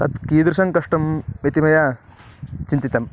तत् कीदृशं कष्टम् इति मया चिन्तितं